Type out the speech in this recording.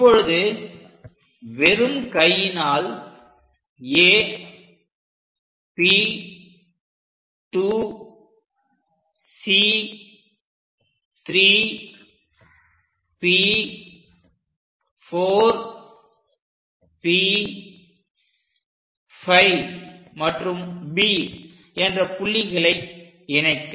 இப்பொழுது வெறும் கையினால் A P 2 C 3 P 4 P 5 மற்றும் B என்ற புள்ளிகளை இணைக்க